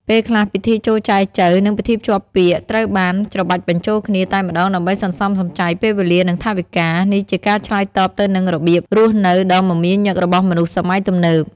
ពេលខ្លះពិធីចូលចែចូវ និងពិធីភ្ជាប់ពាក្យត្រូវបាន ច្របាច់បញ្ចូលគ្នា តែម្ដង ដើម្បីសន្សំសំចៃពេលវេលា និងថវិកា នេះជាការឆ្លើយតបទៅនឹងរបៀបរស់នៅដ៏មមាញឹករបស់មនុស្សសម័យទំនើប។